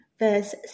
Verse